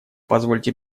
позвольте